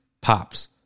pops